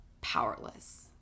powerless